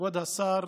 כבוד השר,